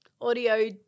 audio